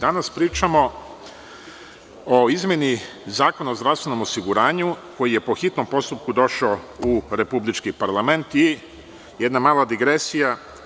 Danas pričamo o izmeni Zakona o zdravstvenom osiguranju, koji je po hitnom postupku došao u republički parlament i jedna mala digresija.